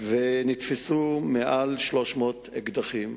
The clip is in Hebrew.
ונתפסו מעל 300 אקדחים